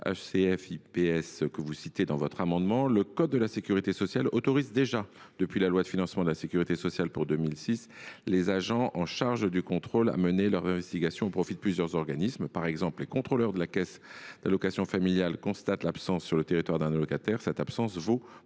HCFiPS que vous avez cité, le code de la sécurité sociale autorise déjà, depuis la loi de financement de la sécurité sociale pour 2006, les agents chargés du contrôle à mener leur investigation au profit de plusieurs organismes. Par exemple, si les contrôleurs de la caisse des allocations familiales constatent l’absence d’un allocataire sur le